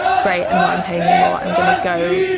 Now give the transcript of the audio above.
great, i'm not in pain anymore. i'm gonna go,